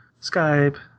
Skype